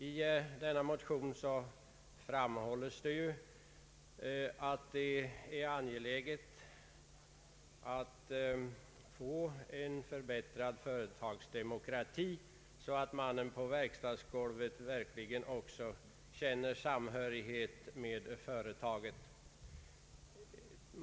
I denna motion framhålls att det är angeläget att få till stånd en förbättrad Ang. företagsdemokrati företagsdemokrati så att mannen på verkstadsgolvet verkligen också känner samhörighet med företaget.